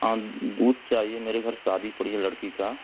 हाँ दूध चाहिए मेरे घर शादी पड़ी है लड़की का